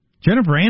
Jennifer